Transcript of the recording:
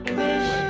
wish